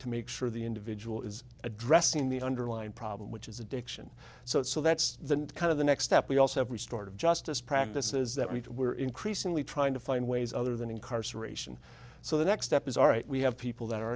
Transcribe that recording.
to make sure the individual is addressing the underlying problem which is addiction so it's so that's the kind of the next step we also have restored of justice practices that we're increasingly trying to find ways other than incarceration so the next step is all right we have people that are